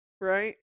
Right